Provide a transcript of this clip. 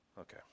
Okay